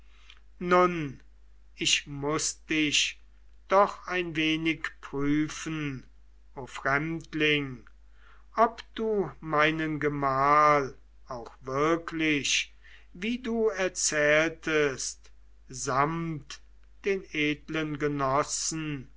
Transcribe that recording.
nun ich muß dich doch ein wenig prüfen o fremdling ob du meinen gemahl auch wirklich wie du erzähltest samt den edlen genossen